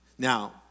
Now